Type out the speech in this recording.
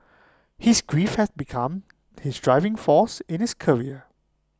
his grief has become his driving force in his career